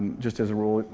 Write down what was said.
just as a rule.